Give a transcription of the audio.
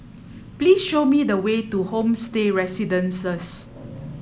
please show me the way to Homestay Residences